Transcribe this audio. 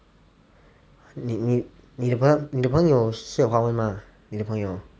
你你你的朋友朋友是有华文吗你的朋友